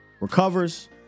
Recovers